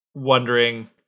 wondering